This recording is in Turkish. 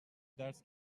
ders